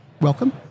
Welcome